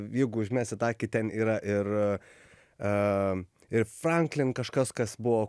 jeigu užmesit akį ten yra ir a ir franklin kažkas kas buvo